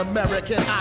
American